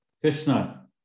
Krishna